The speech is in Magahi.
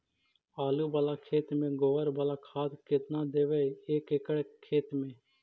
आलु बाला खेत मे गोबर बाला खाद केतना देबै एक एकड़ खेत में?